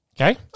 Okay